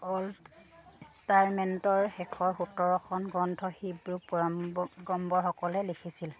old টেষ্টামেণ্টৰ শেষৰ সোতৰখন গ্ৰন্থ হিব্ৰু পয়গম্বৰসকলে লিখিছিল